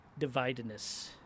dividedness